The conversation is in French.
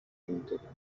internet